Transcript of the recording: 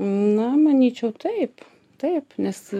nu manyčiau taip taip nes